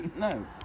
No